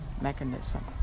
mechanism